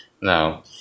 No